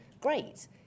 great